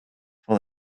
for